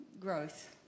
growth